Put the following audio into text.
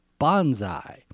bonsai